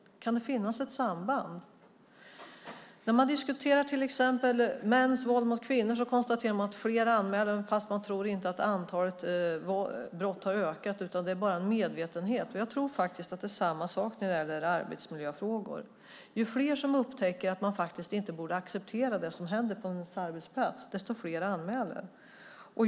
Kan det finnas ett samband? När man diskuterar till exempel mäns våld mot kvinnor konstaterar man att fler anmäler, fast man tror inte att antalet brott har ökat utan att det är fråga om en medvetenhet. Jag tror att det är samma sak när det gäller arbetsmiljöfrågor. Ju fler som upptäcker att man inte borde acceptera det som händer på en arbetsplats, desto fler anmäler.